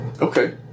Okay